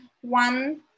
one